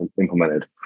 implemented